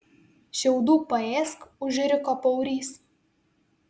šiaudų paėsk užriko paurys